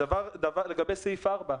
לגבי סעיף 4,